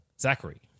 Zachary